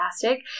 fantastic